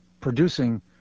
producing